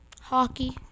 Hockey